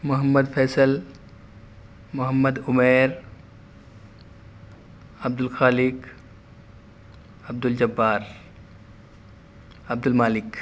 Muhammad Faisal Muhammad Umair Abdul Khaliq Abdul Jabbar Abdul Malik